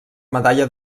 medalla